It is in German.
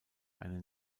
einen